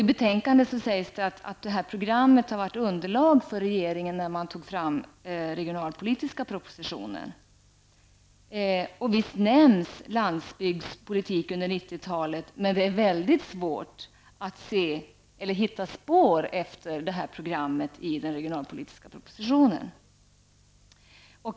I betänkandet sägs att glesbygdsprogrammet har varit underlag för regeringen när man tog fram den regionalpolitiska propositionen. Visserligen nämns landsbygdspolitik under 90-talet, men det är väldigt svårt att hitta några spår efter detta program i den regionalpolitiska propositionen.